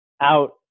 out